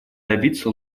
добиться